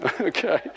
Okay